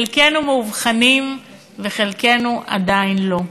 חלקנו מאובחנים וחלקנו עדיין לא,